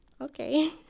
okay